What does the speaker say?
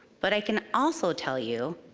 but i can also tell you